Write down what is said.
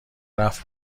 رفت